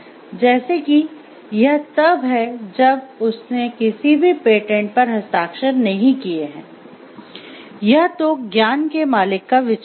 जैसे कि यह तब है जब उसने किसी भी पेटेंट पर हस्ताक्षर नहीं किए हैं यह तो ज्ञान के मालिक का विचार है